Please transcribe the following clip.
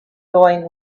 going